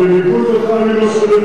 יותר מאחד.